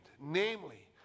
namely